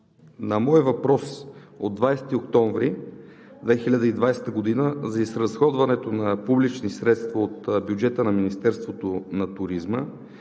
на мой въпрос от 20 октомври 2020 г. за изразходването на публични средства от бюджета на Министерството на туризма